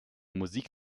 musik